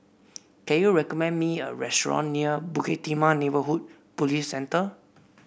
can you recommend me a restaurant near Bukit Timah Neighbourhood Police Centre